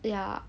ya